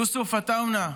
יוסף עטאונה,